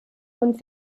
und